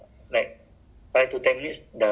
um mesti